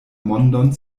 mondon